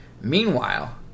Meanwhile